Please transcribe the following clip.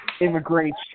immigration